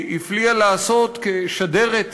שהפליאה לעשות כשדרית